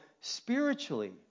spiritually